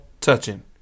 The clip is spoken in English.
touching